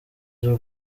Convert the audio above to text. z’u